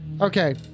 okay